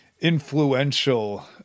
influential